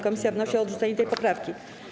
Komisja wnosi o odrzucenie tej poprawki.